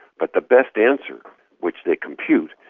but the best answer which they compute,